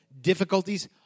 difficulties